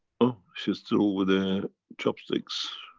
oh, she's still with the chopsticks?